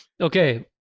Okay